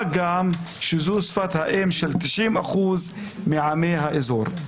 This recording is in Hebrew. מה גם, שזו שפת האם של 90% מעמי האזור.